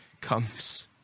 comes